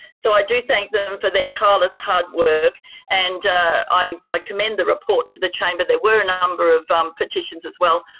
so i do thank them for their tireless hard work and i comment the report to the chamber. there were a number of petitions as well.